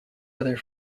other